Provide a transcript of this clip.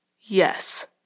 Yes